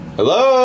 Hello